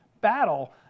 battle